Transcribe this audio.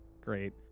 Great